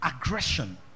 aggression